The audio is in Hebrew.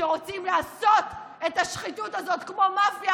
שרוצים לעשות את השחיתות הזאת כמו מאפיה